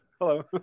hello